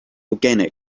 organic